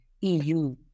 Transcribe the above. EU